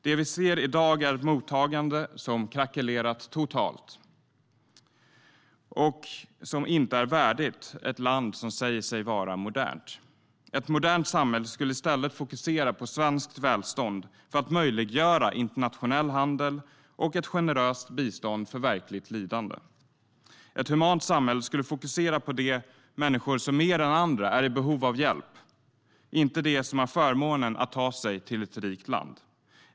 Det vi ser i dag är ett mottagande som krackelerat totalt och som inte är värdigt ett land som säger sig vara modernt. Ett modernt samhälle skulle i stället fokusera på svenskt välstånd för att möjliggöra internationell handel och ett generöst bistånd för verkligt lidande. Ett humant samhälle skulle fokusera på de människor som mer än andra är i behov av hjälp, inte de som har förmånen att ta sig till ett rikt land.